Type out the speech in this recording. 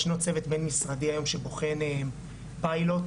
ישנו צוות במשרדי היום שבוחן פיילוט